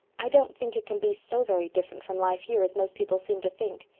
i don't think it can be so very different from life here as most people seem to think.